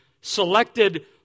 selected